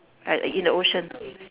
I I in the ocean